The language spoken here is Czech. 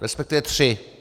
Respektive tři.